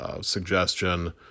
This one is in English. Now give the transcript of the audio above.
suggestion